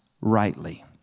rightly